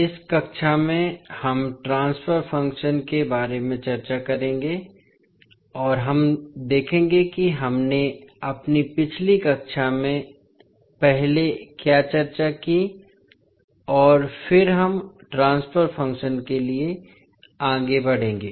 इस कक्षा में हम ट्रांसफर फ़ंक्शन के बारे में चर्चा करेंगे और हम देखेंगे कि हमने अपनी पिछली कक्षा में पहले क्या चर्चा की और फिर हम ट्रांसफर फ़ंक्शन के लिए आगे बढ़ेंगे